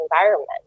environment